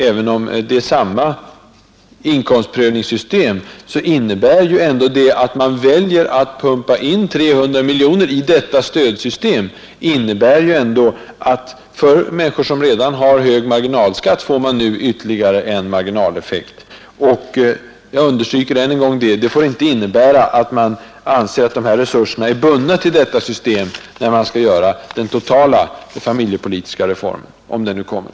Även om inkomstprövningssystemet är detsamma så innebär ju det förhållandet att 300 miljoner kronor pumpas in i stödsystemet, att människor, som redan har en hög marginalskatt, får vidkännas ytterligare en marginaleffekt. Jag understryker än en gång att dagens beslut inte får innebära att man anser resurserna bundna till detta system när man skall göra den totala familjepolitiska reformen, om den nu kommer.